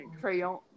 crayon